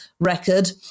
Record